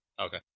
Okay